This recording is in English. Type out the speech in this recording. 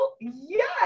yes